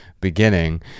beginning